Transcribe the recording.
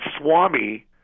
Swami